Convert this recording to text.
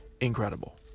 incredible